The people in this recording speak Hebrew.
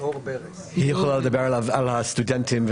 היא יכולה לדבר על הסטודנטים והוויזות.